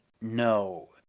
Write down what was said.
no